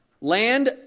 Land